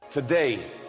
Today